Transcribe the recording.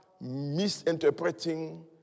misinterpreting